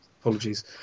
apologies